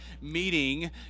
meeting